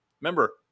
remember